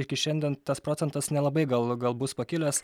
iki šiandien tas procentas nelabai gal gal bus pakilęs